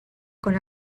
con